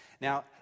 Now